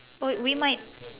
oh we might